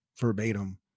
verbatim